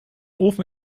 ofen